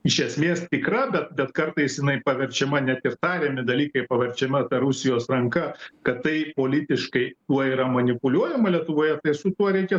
iš esmės tikra bet bet kartais jinai paverčiama net ir tariami dalykai paverčiama ta rusijos ranka kad tai politiškai tuo yra manipuliuojama lietuvoje tai su tuo reikia